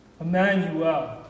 Emmanuel